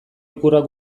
ikurrak